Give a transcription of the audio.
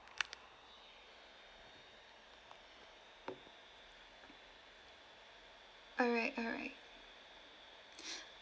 alright alright